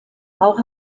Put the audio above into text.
auch